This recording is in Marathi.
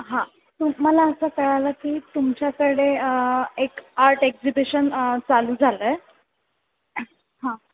हां तू मला असं कळलं की तुमच्याकडे एक आर्ट एक्झिबिशन चालू झालं आहे हां